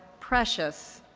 precious,